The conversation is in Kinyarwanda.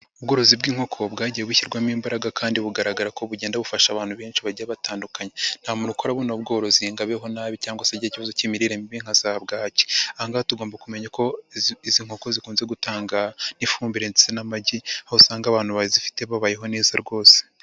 Ubworozi bw'inkoko bwagiye bushyirwamo imbaraga kandi bugaragara ko bugenda bufasha abantu benshi bagiye batandukanye. Nta muntu ukora buno bworozi ngo abeho nabi cyangwa se agire ikibazo cy'imirire mibi nka za bwaki. Aha ngaha tugomba kumenya ko izi nkoko zikunze gutanga n'ifumbire ndetse n'amagi, aho usanga abantu bazifite babayeho neza rwose.